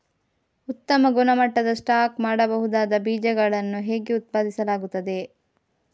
ಉತ್ತಮ ಗುಣಮಟ್ಟದ ಸ್ಟಾಕ್ ಮಾಡಬಹುದಾದ ಬೀಜಗಳನ್ನು ಹೇಗೆ ಉತ್ಪಾದಿಸಲಾಗುತ್ತದೆ